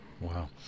wow